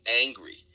angry